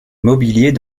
mobilier